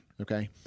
okay